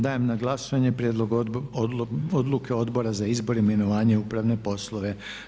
Dajem na glasovanje prijedlog Odluke Odbora za izbor, imenovanje, upravne poslove.